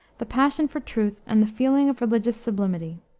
the passion for truth and the feeling of religious sublimity.